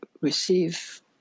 receive